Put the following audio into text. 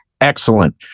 Excellent